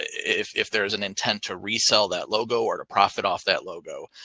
if if there is an intent to resell that logo or to profit off that logo,